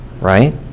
Right